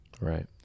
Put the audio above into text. Right